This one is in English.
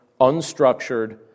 unstructured